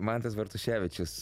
mantas bartuševičius